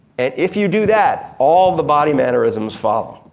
and if you do that all the body mannerisms follow.